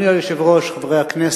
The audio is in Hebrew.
אדוני היושב-ראש, חברי הכנסת,